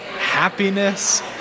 happiness